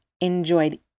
enjoyed